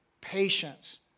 patience